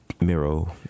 Miro